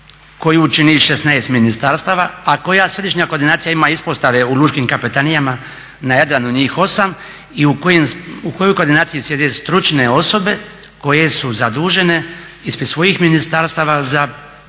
koju čini 16 ministarstava a koja središnja koordinacija ima ispostave u lučkim kapetanijama, na Jadranu njih 8, i u kojoj koordinaciji sjede stručne osobe koje su zadužene ispred svojih ministarstava za